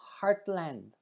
heartland